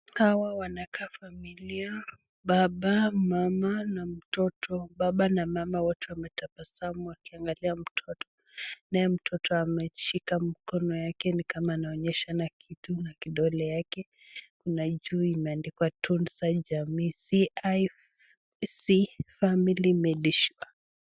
Hawa wanakaa familia baba, mama na mtoto. Baba na mama wote wanatabasamu wakiangalia mtoto . Naye mtoto ameshika mikono yake ni kama anaonyeshana kitu na kidole yake, na juu imeandikwa Tooth High Jamii CI Family Medical.